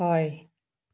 হয়